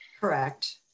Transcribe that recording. Correct